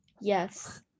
Yes